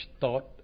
thought